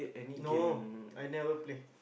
no I never play